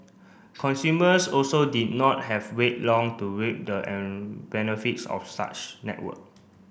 consumers also did not have wait long to reap the benefits of such network